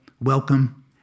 welcome